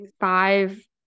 Five